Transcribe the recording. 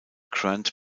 grant